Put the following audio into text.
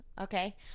Okay